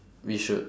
we should